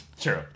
True